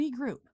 regroup